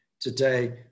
today